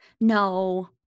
No